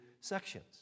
sections